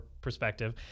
perspective